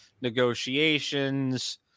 negotiations